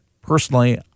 Personally